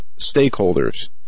stakeholders